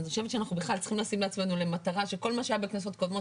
אני חושבת שאנחנו צריכים לשים לעצמנו למטרה שכל מה שהיה בכנסות קודמות